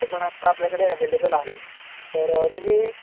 ते पण आत्ता आपल्याकडे एवेलेबल आहे तर तुम्ही